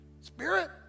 spirit